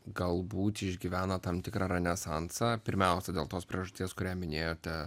galbūt išgyvena tam tikrą renesansą pirmiausia dėl tos priežasties kurią minėjote